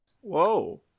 whoa